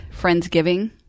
Friendsgiving